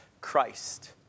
Christ